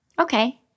Okay